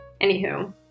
Anywho